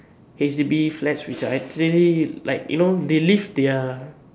H_D_B flats which I actually like you know they live their